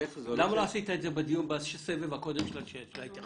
למה לא עשית את זה בסבב הקודם של ההתייחסות?